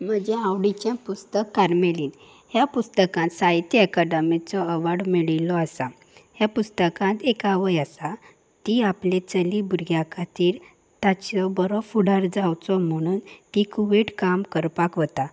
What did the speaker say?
म्हजें आवडीचें पुस्तक कार्मेलीन ह्या पुस्तकांत साहित्य एकाडमीचो अवॉड मेळिल्लो आसा ह्या पुस्तकांत एक आवय आसा ती आपले चली भुरग्या खातीर ताचो बरो फुडार जावचो म्हणून ती कुवेट काम करपाक वता